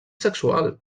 sexual